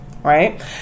Right